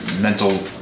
mental